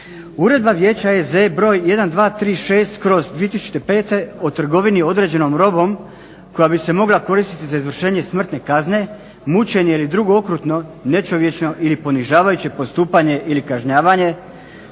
Uredba vijeća EZ br. 1236/2005. o trgovini određenom robom koja bi se mogla koristiti za izvršenje smrtne kazne, mučenje ili drugo okrutno nečovječno ili ponižavajuće postupanje ili kažnjavanje